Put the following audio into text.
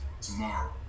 tomorrow